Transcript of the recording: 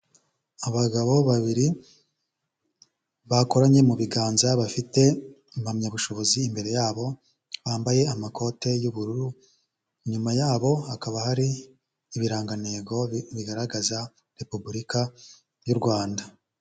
Abagabo babiri bakoranye mu biganza bafite impamyabushobozi imbere yabo, bambaye amakote y'ubururu, inyuma yabo hakaba hari ibirangantego bigaragaza Repubulika y'u Rwanda.